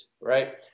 right